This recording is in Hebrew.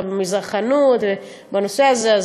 במזרחנות ובנושא הזה.